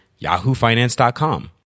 yahoofinance.com